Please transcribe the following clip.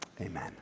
amen